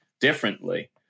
differently